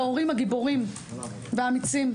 ההורים הגיבורים והאמיצים,